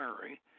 Mary